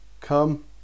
Come